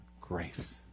grace